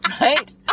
Right